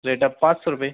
rate पाँच सौ रुपए